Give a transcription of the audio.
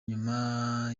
nyuma